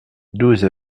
douze